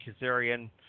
Kazarian